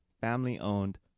family-owned